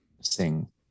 sing